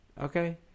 Okay